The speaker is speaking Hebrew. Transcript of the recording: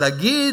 אבל להגיד,